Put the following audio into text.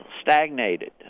stagnated